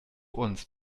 uns